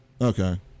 Okay